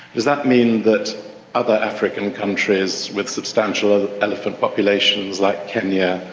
does that mean that other african countries with substantial elephant populations like kenya,